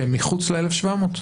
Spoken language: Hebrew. שהם מחוץ ל-1,700?